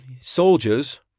Soldiers